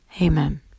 Amen